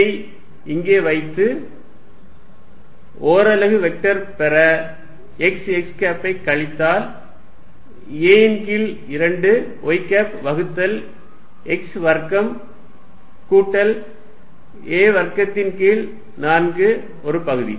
இதை இங்கே வைத்து ஓரலகு வெக்டர் பெற x x கேப் கழித்தல் a ன் கீழ் 2 y கேப் வகுத்தல் x வர்க்கம் கூட்டல் a வர்க்கத்தின் கீழ் 4 ஒரு பகுதி